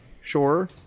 sure